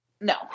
No